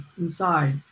inside